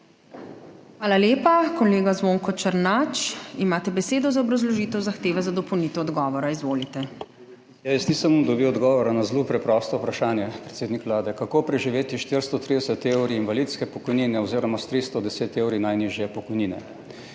Hvala lepa. Kolega Zvonko Černač, imate besedo za obrazložitev zahteve za dopolnitev odgovora. Izvolite. **ZVONKO ČERNAČ (PS SDS):** Jaz nisem dobil odgovora na zelo preprosto vprašanje, predsednik Vlade. Kako preživeti s 430 evri invalidske pokojnine oziroma s 310 evri najnižje pokojnine.